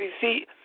see